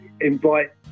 invite